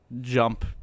jump